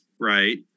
Right